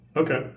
Okay